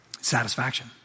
satisfaction